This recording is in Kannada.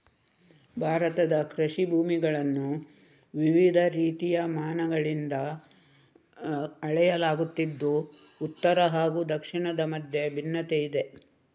ಭಾರತದ ಕೃಷಿ ಭೂಮಿಗಳನ್ನು ವಿವಿಧ ರೀತಿಯ ಮಾನಗಳಿಂದ ಅಳೆಯಲಾಗುತ್ತಿದ್ದು ಉತ್ತರ ಹಾಗೂ ದಕ್ಷಿಣದ ಮಧ್ಯೆ ಭಿನ್ನತೆಯಿದೆ